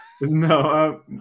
no